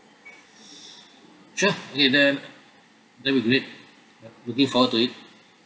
sure okay then that'll be great looking forward to it